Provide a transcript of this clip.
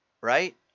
right